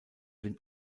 den